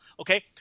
Okay